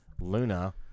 Luna